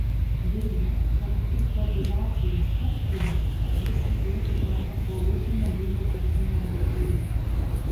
deja per prichvatizacijos karštligę visa tai atiteko kolūkinio lygio partiniam veikėjui